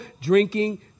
drinking